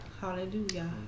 hallelujah